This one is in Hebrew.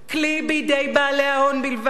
כלי בידי בעלי ההון בלבד.